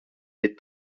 des